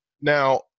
now